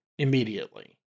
Immediately